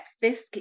Fisk